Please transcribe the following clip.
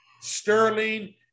Sterling